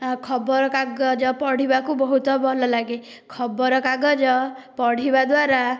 ଆଉ ଖବରକାଗଜ ପଢ଼ିବାକୁ ବହୁତ ଭଲ ଲାଗେ ଖବରକାଗଜ ପଢ଼ିବାଦ୍ୱାରା